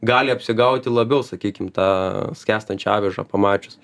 gali apsigauti labiau sakykim tą skęstančią avižą pamačius